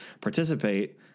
participate